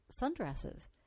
sundresses